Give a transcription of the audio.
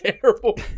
terrible